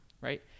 right